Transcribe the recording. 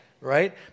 right